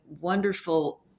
wonderful